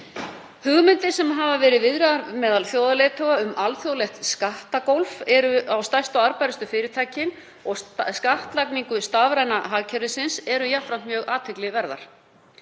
Hugmyndir sem hafa verið viðraðar meðal þjóðarleiðtoga um alþjóðlegt skattagólf á stærstu arðbærustu fyrirtækin og skattlagningu stafræna hagkerfisins eru jafnframt mjög athygliverðar.